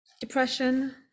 Depression